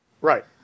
Right